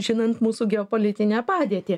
žinant mūsų geopolitinę padėtį